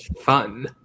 fun